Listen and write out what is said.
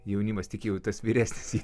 jaunimas tik jau tas vyresnis jau